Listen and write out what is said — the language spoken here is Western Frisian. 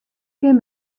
kin